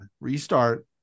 Restart